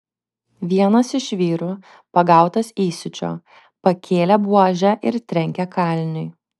vienas iš vyrų pagautas įsiūčio pakėlė buožę ir trenkė kaliniui